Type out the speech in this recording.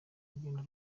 urugendo